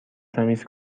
تمیز